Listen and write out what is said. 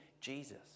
Jesus